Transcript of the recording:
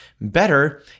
better